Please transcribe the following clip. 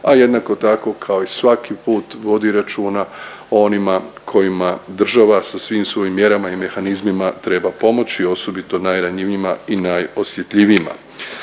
a jednako tako kao i svaki put vodi računa o onima kojima država sa svim svojim mjerama i mehanizmima treba pomoći, osobito najranjivijima i najosjetljivijima.